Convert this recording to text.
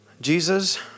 Jesus